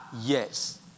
yes